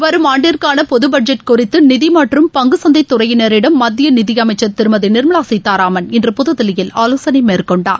வரும் ஆண்டிற்கான பொது பட்ஜெட் குறித்து நிதி மற்றும் பங்கு சந்தை துறையினரிடம் மத்திய நிதி அமைச்சர் திருமதி நிர்மலா சீதாராமன் இன்று புதுதில்லியில் ஆலோசனை மேற்கொண்டார்